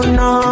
no